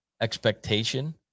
expectation